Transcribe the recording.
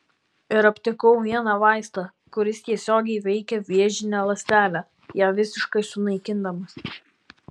ir aptikau vieną vaistą kuris tiesiogiai veikia vėžinę ląstelę ją visiškai sunaikindamas